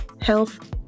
health